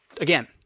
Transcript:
Again